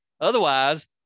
Otherwise